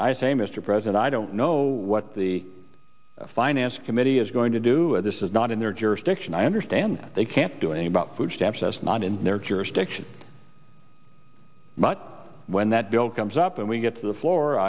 i say mr president i don't know what the finance committee is going to do this is not in their jurisdiction i understand that they can't do any about food stamps that's not in their jurisdiction but when that bill comes up and we get to the floor